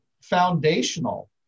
foundational